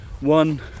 one